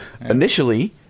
initially